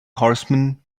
horseman